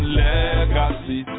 legacy